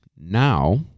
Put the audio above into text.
Now